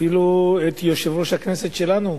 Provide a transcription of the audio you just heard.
אפילו את יושב-ראש הכנסת שלנו,